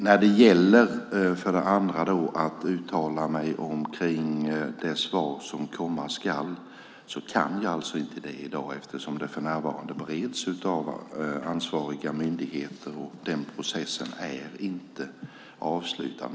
För det andra, när det gäller att jag ska uttala mig om det svar som komma skall kan jag inte det i dag, eftersom det för närvarande bereds av ansvariga myndigheter och den processen inte är avslutad.